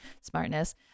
Smartness